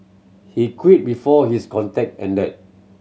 he quit before his contract ended